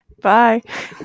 Bye